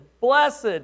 blessed